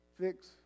fix